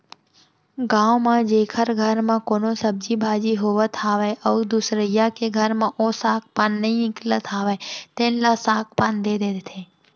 गाँव म जेखर घर म कोनो सब्जी भाजी होवत हावय अउ दुसरइया के घर म ओ साग पान नइ निकलत हावय तेन ल साग पान दे देथे